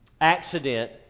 accident